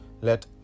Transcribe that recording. Let